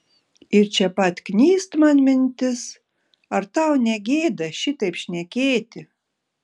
ir čia pat knyst man mintis ar tau negėda šitaip šnekėti